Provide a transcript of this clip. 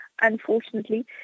unfortunately